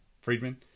friedman